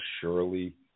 surely